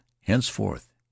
Henceforth